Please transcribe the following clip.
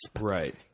Right